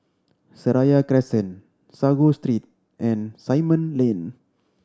Seraya Crescent Sago Street and Simon Lane